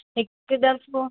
हिकु दफ़ो